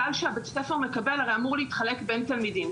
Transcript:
הסל שבית הספר מקבל הרי אמור להתחלק בין התלמידים,